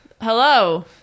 Hello